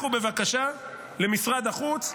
לכו בבקשה למשרד החוץ,